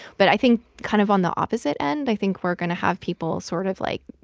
but i think kind of on the opposite end, i think we're going to have people sort of, like,